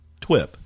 twip